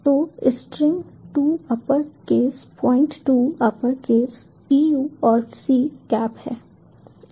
तो string to upper case point to upper case T U और C cap हैं